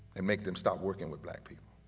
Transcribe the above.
and make them stop working with black people.